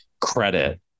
credit